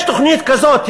יש תוכנית כזאת.